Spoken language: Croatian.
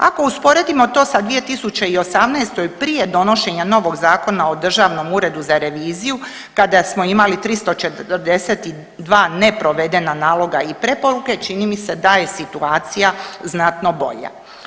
Ako usporedimo to sa 2018. prije donošenja novog Zakona o državnom uredu za reviziju kada smo imali 342 neprovedena naloga i preporuke čini mi se da je situacija znatno bolja.